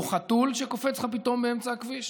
או חתול שקופץ לך פתאום באמצע הכביש,